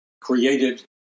created